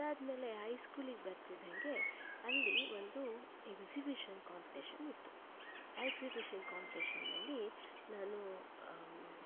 ಅದಾದ್ಮೇಲೆ ಹೈಸ್ಕೂಲಿಗೆ ಬರ್ತಿದ್ದಂಗೆ ಅಲ್ಲಿ ಒಂದು ಎಕ್ಸಿಬಿಷನ್ ಕಾಂಪ್ಟೇಶನ್ ಇತ್ತು ಆ ಎಕ್ಸಿಬಿಷನ್ ಕಾಂಪ್ಟೇಶನಲ್ಲಿ ನಾನು